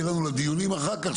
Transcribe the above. כדי שיהיה לנו לדיונים אחר כך,